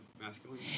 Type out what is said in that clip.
masculine